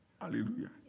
Hallelujah